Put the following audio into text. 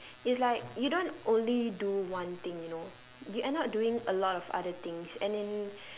it's like you don't only do one thing you know you end up doing a lot of other things and in